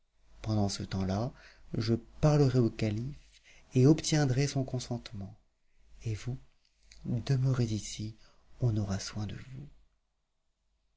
pendant ce temps-là je parlerai au calife et obtiendrai son consentement et vous demeurez ici on aura soin de vous